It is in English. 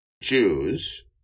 Jews